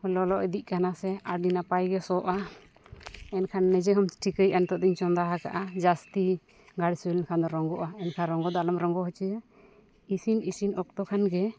ᱞᱚᱞᱚ ᱤᱫᱤᱜ ᱠᱟᱱᱟ ᱥᱮ ᱟᱹᱰᱤ ᱱᱟᱯᱟᱭᱼᱜᱮ ᱥᱚᱜᱼᱟ ᱮᱱᱠᱷᱟᱱ ᱱᱤᱡᱮ ᱦᱚᱸᱢ ᱴᱷᱤᱠᱟᱹᱭᱮᱫᱟ ᱡᱮ ᱱᱤᱛᱳᱜᱫᱚᱧ ᱪᱚᱸᱫᱟ ᱟᱠᱟᱫᱟ ᱡᱟᱹᱥᱛᱤ ᱵᱟᱭ ᱥᱤᱵᱤᱞ ᱠᱷᱟᱱ ᱫᱚ ᱨᱚᱸᱜᱚᱜᱼᱟ ᱮᱱᱠᱷᱟᱱ ᱨᱚᱸᱜᱚ ᱫᱚ ᱟᱞᱚᱢ ᱨᱚᱸᱜᱚ ᱦᱚᱪᱚᱭᱟ ᱤᱥᱤᱱ ᱤᱥᱤᱱ ᱚᱠᱛᱚ ᱠᱷᱟᱱ ᱜᱮ